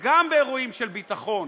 וגם באירועים של ביטחון